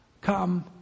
come